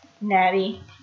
Natty